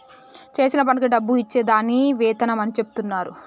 చేసిన పనికి డబ్బు ఇచ్చే దాన్ని వేతనం అని చెచెప్తున్నరు